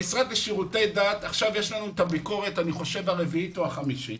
במשרד לשירותי דת יש לנו עכשיו את הביקורת הרביעית או החמישית.